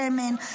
שמן,